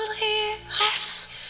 Yes